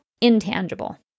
intangible